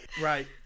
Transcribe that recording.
Right